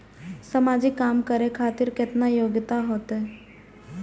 समाजिक काम करें खातिर केतना योग्यता होते?